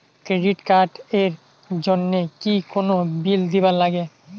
Credit card এর জন্যে কি কোনো বিল দিবার লাগে?